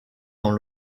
dans